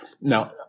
Now